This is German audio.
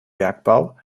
bergbau